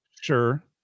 sure